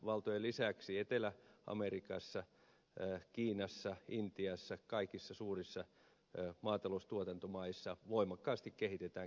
yhdysvaltojen lisäksi etelä amerikassa kiinassa intiassa kaikissa suurissa maataloustuotantomaissa voimakkaasti kehitetään geenimuuntelua